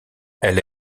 elle